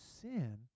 sin